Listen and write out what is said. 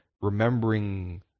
Remembering